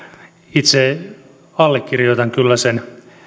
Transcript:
itse allekirjoitan kyllä sen